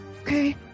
Okay